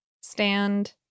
stand